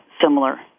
similar